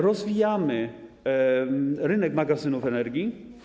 Rozwijamy rynek magazynów energii.